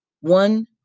One